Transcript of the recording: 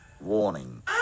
Warning